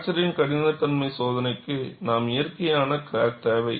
ஃப்பிராக்சரின் கடினத்தன்மை சோதனைக்கு நமக்கு இயற்கையான கிராக் தேவை